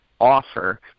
offer